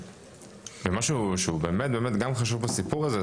ומשהו חשוב באמת בסיפור הזה,